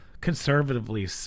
conservatively